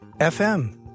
fm